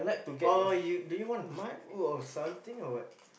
oh you do you want my or something or what